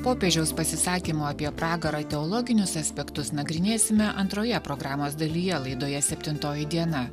popiežiaus pasisakymų apie pragarą teologinius aspektus nagrinėsime antroje programos dalyje laidoje septintoji diena